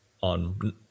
on